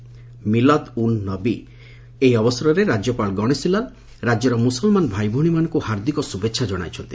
'ମିଲାଦ୍ ଉନ୍ ନବୀ' ଅବସରରେ ରାକ୍ୟପାଳ ଗଣେଶି ଲାଲ ରାକ୍ୟର ମୁସଲମାନ ଭାଇଭଉଣୀମାନଙ୍କୁ ହାର୍ଦିକ ଶୁଭେଛା ଜଣାଇଚନ୍ତି